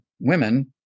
women